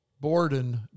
Borden